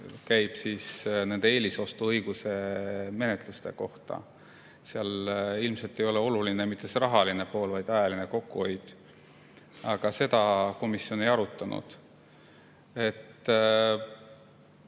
osa, mis käib eelisostuõiguse menetluste kohta. Seal ilmselt ei ole oluline mitte see rahaline pool, vaid ajaline kokkuhoid. Aga seda komisjon ei arutanud.